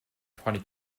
twenty